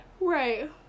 Right